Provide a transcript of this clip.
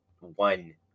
one